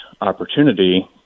opportunity